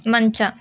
ಮಂಚ